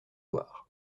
loire